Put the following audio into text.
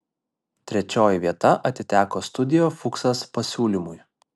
trečioji vieta atiteko studio fuksas pasiūlymui